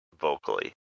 vocally